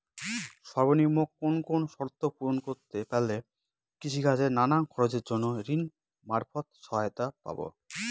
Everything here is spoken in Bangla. সর্বনিম্ন কোন কোন শর্ত পূরণ করতে পারলে কৃষিকাজের নানান খরচের জন্য ঋণ মারফত সহায়তা পাব?